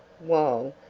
while,